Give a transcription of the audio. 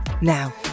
Now